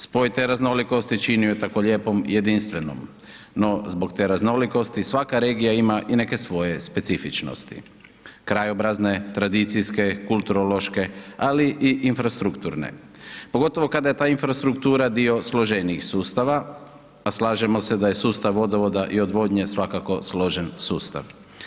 Spoj te raznolikosti čini ju tako lijepom i jedinstvenom no zbog te raznolikosti svaka regija ima i neke svoje specifičnosti; krajobrazne, tradicijske, kulturološke ali i infrastrukturne pogotovo kada je ta infrastruktura dio složenijih sustava a slažemo se da je sustav vodovoda i odvodnje svakako složen sustav.